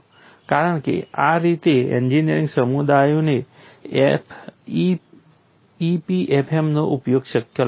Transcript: કારણ કે આ રીતે એન્જિનિયરિંગ સમુદાયને EPFM નો ઉપયોગ શક્ય લાગ્યો છે